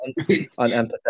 unempathetic